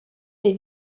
des